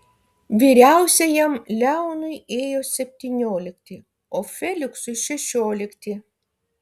vyriausiajam leonui ėjo septyniolikti o feliksui šešiolikti